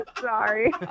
Sorry